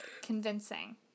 convincing